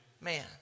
man